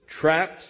traps